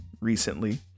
recently